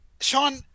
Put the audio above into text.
sean